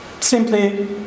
simply